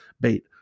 bait